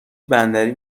بندری